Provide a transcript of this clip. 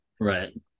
Right